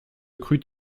crut